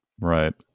Right